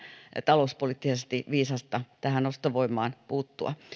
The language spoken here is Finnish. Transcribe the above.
talouspoliittisesti viisasta ostovoimaan puuttua